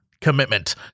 commitment